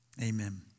Amen